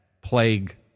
plague